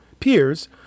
peers